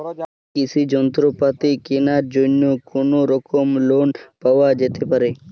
কৃষিযন্ত্রপাতি কেনার জন্য কোনোরকম লোন পাওয়া যেতে পারে?